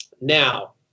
Now